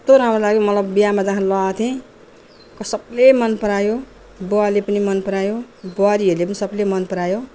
कस्तो राम्रो लाग्यो मलाई बिहामा जान लगाएको थिएँ क सबले मन परायो बुवाले पनि मन परायो बुहारीहरूले पनि सबले मन परायो